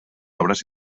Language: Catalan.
obres